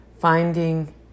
Finding